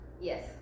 Yes